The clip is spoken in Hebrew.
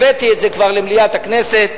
כבר הבאתי את זה למליאת הכנסת,